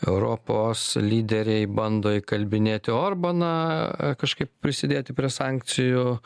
europos lyderiai bando įkalbinėti orbaną kažkaip prisidėti prie sankcijų